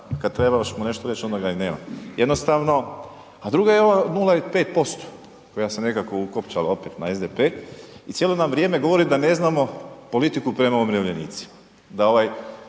kad trebaš mu nešto reć onda ga i nema. Jednostavno, a druga je ova 0,5% koja se nekako ukopčala opet na SDP i cijelo nam vrijeme govori da ne znamo politiku prema umirovljenicima,